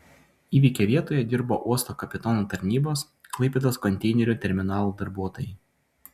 įvykio vietoje dirbo uosto kapitono tarnybos klaipėdos konteinerių terminalo darbuotojai